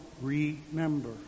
remember